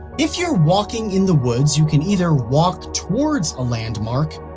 if you're walking in the woods, you can either walk towards a landmark,